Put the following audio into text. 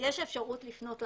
יש אפשרות לפנות למפקח,